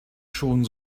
schon